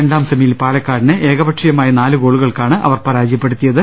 രണ്ടാം സെമിയിൽ പാലക്കാടിനെ ഏകപക്ഷീ യമായ നാലു ഗോളുകൾക്കാണ് അവർ പരാജയപ്പെടുത്തിയത്